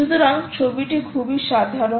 সুতরাং ছবিটি খুবই সাধারণ